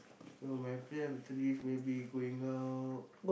so my plan after this maybe going out